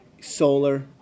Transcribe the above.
Solar